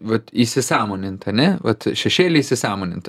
vat įsisąmonint ane vat šešėlį įsisąmonint